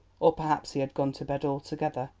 or perhaps he had gone to bed altogether,